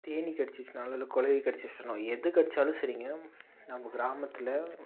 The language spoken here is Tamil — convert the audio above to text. தேனீ கடிச்சிச்சினாலும் இல்லை குளவி கடிச்சிச்சினாலும் எது கடித்தாலும் சரிங்க நம்ம கிராமத்தில்